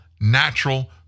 natural